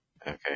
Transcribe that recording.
Okay